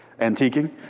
Antiquing